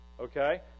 okay